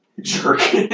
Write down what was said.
Jerk